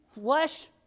flesh